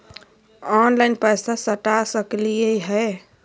Online पैसा सटा सकलिय है?